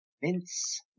Vince